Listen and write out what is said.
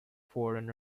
foreign